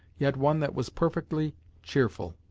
yet one that was perfectly cheerful.